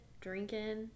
drinking